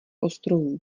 ostrovů